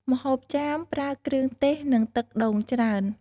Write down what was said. ម្ហូបចាមប្រើគ្រឿងទេស និងទឹកដូងច្រើន។